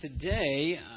today